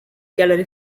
gallery